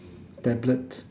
tablets